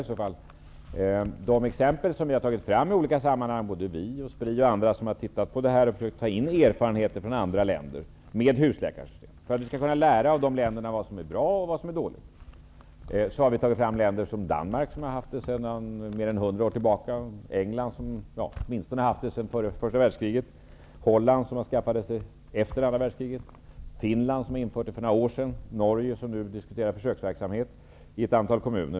Vi har tagit fram exempel i olika sammanhang, och det har också SPRI och andra gjort som har studerat detta och velat se på de erfarenheter man har från andra länder med husläkarsystem. Det har vi gjort för att lära av de länderna vad som är bra och vad som är dåligt. Vi har då studerat länder som Danmark, där man har husläkare sedan mer än 100 år tillbaka. I England har man haft det åtminstone sedan första världskriget. I Holland infördes ett sådant system efter andra världskriget. I Finland infördes det för några år sedan, och i Norge diskuterar man nu försöksverksamhet i ett antal kommuner.